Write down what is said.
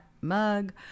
mug